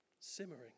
Simmering